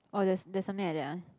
oh there's there's something like that ah